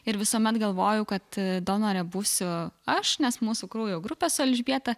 ir visuomet galvojau kad donore būsiu aš nes mūsų kraujo grupės su elžbieta